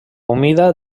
humida